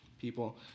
people